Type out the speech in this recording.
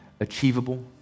achievable